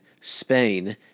Spain